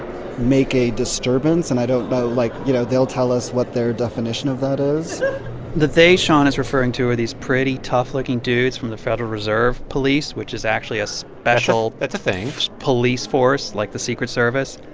make a disturbance. and i don't know, like, you know, they'll tell us what their definition of that is the they shawn is referring to are these pretty tough-looking dudes from the federal reserve police, which is actually a special. that's a thing. police force, like the secret service.